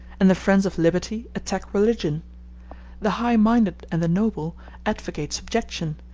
and the friends of liberty attack religion the high-minded and the noble advocate subjection,